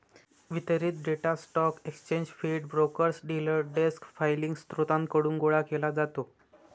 वितरित data stock exchange feed, brokers, dealer desk filing स्त्रोतांकडून गोळा केला जातो